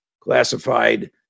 classified